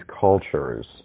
cultures